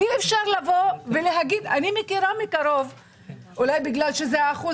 אני מכירה מקרוב - אולי בגלל שזה האחוז